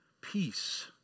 peace